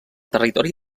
territori